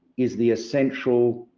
is the essential